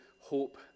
hope